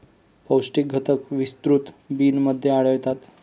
पौष्टिक घटक विस्तृत बिनमध्ये आढळतात